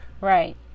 Right